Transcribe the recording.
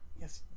Yes